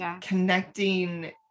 connecting